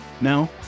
Now